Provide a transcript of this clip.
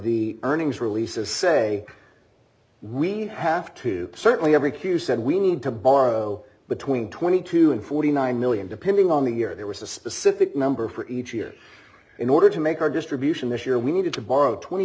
the earnings releases say we have to certainly every q said we need to borrow between twenty two and forty nine million depending on the year there was a specific number for each year in order to make our distribution this year we needed to borrow twenty